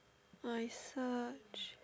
I such